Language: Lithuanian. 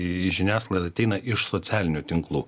į žiniasklaidą ateina iš socialinių tinklų